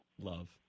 Love